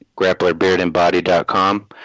grapplerbeardandbody.com